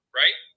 right